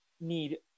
need